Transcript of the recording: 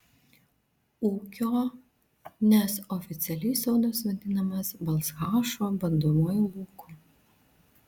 ūkio nes oficialiai sodas vadinamas balchašo bandomuoju lauku